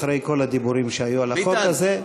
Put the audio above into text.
אחרי כל הדיבורים שהיו על החוק הזה.